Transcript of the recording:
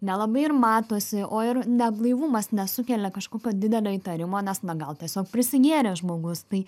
nelabai ir matosi o ir neblaivumas nesukelia kažkokio didelio įtarimo nes na gal tiesiog prisigėrė žmogus tai